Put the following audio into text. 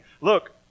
look